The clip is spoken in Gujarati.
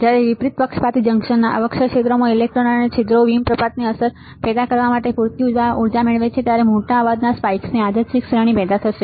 જ્યારે વિપરીત પક્ષપાતી જંકશનના અવક્ષય ક્ષેત્રમાં ઇલેક્ટ્રોન અને છિદ્રો હિમપ્રપાતની અસર પેદા કરવા માટે પૂરતી ઊર્જા મેળવે છે ત્યારે મોટા અવાજના સ્પાઇક્સની યાદચ્છિક શ્રેણી પેદા થશે